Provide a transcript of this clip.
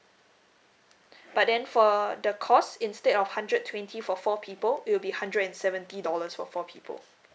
but then for the cost instead of hundred twenty for four people it will be hundred and seventy dollars for four people